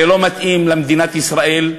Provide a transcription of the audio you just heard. זה לא מתאים למדינת ישראל,